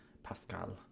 Pascal